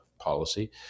policy